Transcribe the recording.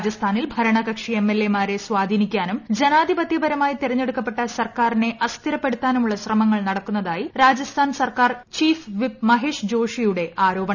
രാജസ്ഥാനിൽ ഭരണ കക്ഷി എംഎൽഎ മാരെ സ്വാധീനിക്കാനും ജനാധിപത്യപരമായി തെരഞ്ഞെടുക്കപ്പെട്ട സർക്കാരിനെ അസ്ഥിരപ്പെടുത്താനുമുള്ള ശ്രമങ്ങൾ നടക്കുന്നതായി രാജസ്ഥാൻ സർക്കാർ ചീഫ് വിപ്പ് മഹേഷ് ജോഷിയുടെ ആരോപണം